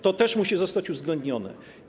To też musi zostać uwzględnione.